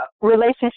relationship